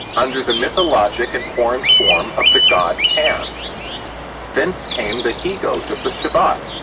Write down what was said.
under the mythologic and horned form of the god pan thence came the he-goat of the sabbat.